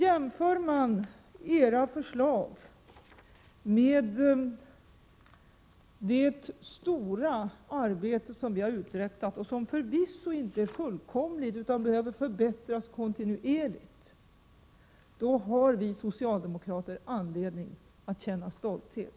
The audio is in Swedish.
Jämför man era förslag med det stora arbete som vi har uträttat — och som förvisso inte är fullkomligt utan behöver förbättras kontinuerligt — så har vi socialdemokrater anledning att känna stolthet.